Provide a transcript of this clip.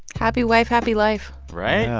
happy wife, happy life right. yeah,